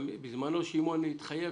בזמנו שמעון התחייב